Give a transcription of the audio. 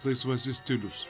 laisvasis stilius